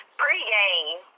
pre-game